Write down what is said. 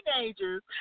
Teenagers